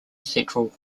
central